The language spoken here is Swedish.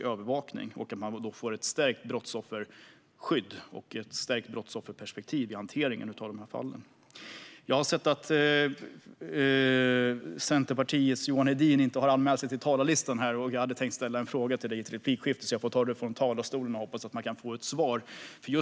Därigenom blir det ett stärkt brottsofferskydd och ett stärkt brottsofferperspektiv i hanteringen av dessa fall. Jag ser att Centerpartiets Johan Hedin inte har anmält sig till talarlistan. Jag hade tänkt ställa en fråga till honom i ett replikskifte. Därför ställer jag en fråga från talarstolen och hoppas att jag kan få ett svar.